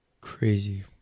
crazy